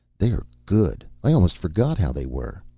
they are good. i almost forgot how they were.